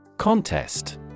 Contest